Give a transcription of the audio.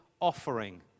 offering